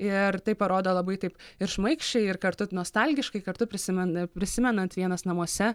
ir tai parodo labai taip ir šmaikščiai ir kartu nostalgiškai kartu prisimena prisimenant vienas namuose